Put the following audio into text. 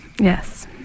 Yes